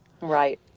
Right